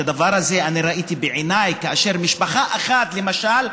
את הדבר הזה ראיתי בעיניי, כאשר משפחה אחת, למשל,